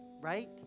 right